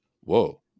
whoa